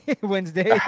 Wednesday